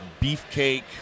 beefcake